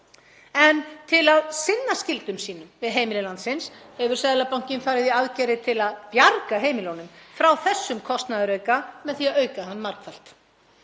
En til að „sinna skyldum sínum við heimili landsins“ hefur Seðlabankinn farið í aðgerðir til að „bjarga heimilunum“ frá þessum kostnaðarauka með því að auka hann margfalt.